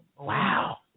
Wow